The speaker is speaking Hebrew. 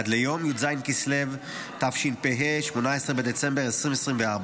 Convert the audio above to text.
עד ליום י"ז בכסלו התשפ"ה, 18 בדצמבר 2024,